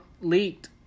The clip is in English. leaked